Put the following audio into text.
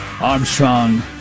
Armstrong